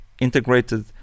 integrated